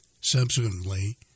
Subsequently